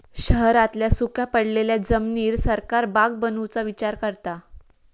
शहरांतल्या सुख्या पडलेल्या जमिनीर सरकार बाग बनवुचा विचार करता